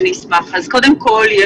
בנפגעי צוק איתן, עמוד ענן וכו'.